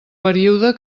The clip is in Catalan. període